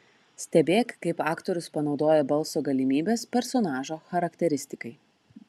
stebėk kaip aktorius panaudoja balso galimybes personažo charakteristikai